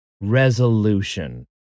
Resolution